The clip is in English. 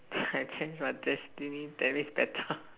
I change my destiny that means better